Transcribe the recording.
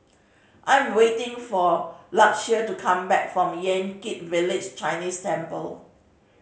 I am waiting for Lakeshia to come back from Yan Kit Village Chinese Temple